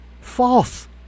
false